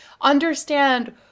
understand